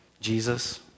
Jesus